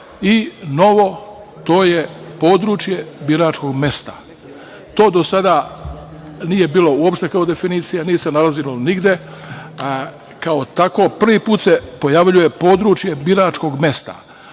i, novo, područje biračkog mesta. To do sada nije bilo kao definicija, nije se nalazilo nigde. Kao takvo, prvi put se pojavljuje područje biračkog mesta,